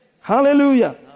Hallelujah